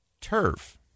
turf